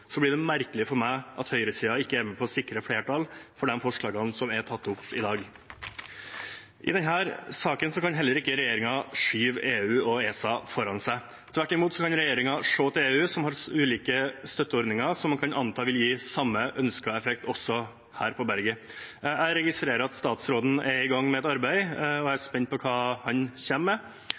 så blir det merkelig for meg at høyresiden ikke er med på å sikre flertall for de forslagene som er tatt opp. I denne saken kan regjeringen heller ikke skyve EU og ESA foran seg. Tvert imot kan regjeringen se til EU, som har ulike støtteordninger man kan anta vil gi samme ønskede effekt også her på berget. Jeg registrerer at statsråden er i gang med et arbeid, og jeg er spent på hva han kommer med.